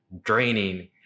draining